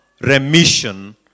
remission